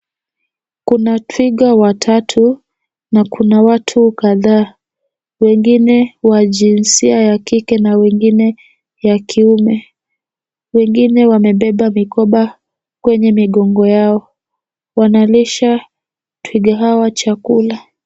Kuna twiga watatu na kuna watu kadhaa wengine wa jinsia ya kike na wengine ya kiume. Wengine wamebeba mikoba kwenye migongo yao wanalisha twiga hawa chakula.